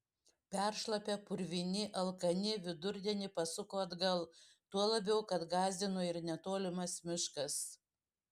peršlapę purvini alkani vidurdienį pasuko atgal tuo labiau kad gąsdino ir netolimas miškas